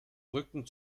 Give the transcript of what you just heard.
rücken